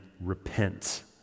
repent